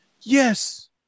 Yes